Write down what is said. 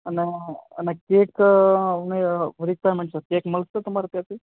અને અને cake requirement છે કેક મળશે તમારે ત્યાંથી